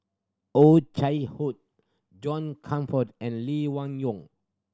Oh Chai Hoo John Crawfurd and Lee Wung Yew